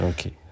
Okay